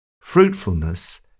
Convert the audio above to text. Fruitfulness